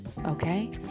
okay